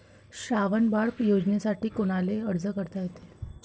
श्रावण बाळ योजनेसाठी कुनाले अर्ज करता येते?